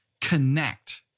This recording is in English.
connect